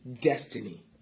destiny